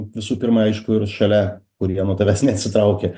visų pirma aišku ir šalia kurie nuo tavęs neatsitraukė